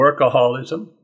workaholism